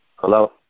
Hello